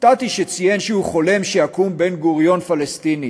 הופתעתי שציין שהוא חולם שיקום בן-גוריון פלסטיני.